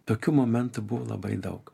tokių momentų buvo labai daug